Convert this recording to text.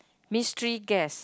mystery guess